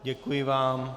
Děkuji vám.